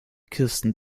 kirsten